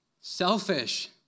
Selfish